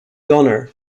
donner